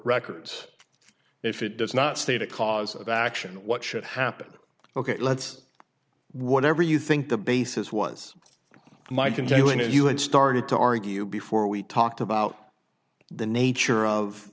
records if it does not state a cause of action what should happen ok let's whatever you think the basis was my continuing and you had started to argue before we talked about the nature of